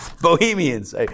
Bohemians